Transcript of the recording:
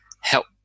help